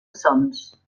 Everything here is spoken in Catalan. sons